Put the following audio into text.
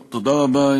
תודה רבה,